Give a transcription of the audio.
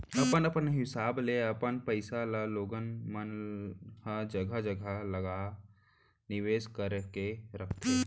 अपन अपन हिसाब ले अपन पइसा ल लोगन मन ह जघा जघा लगा निवेस करके रखथे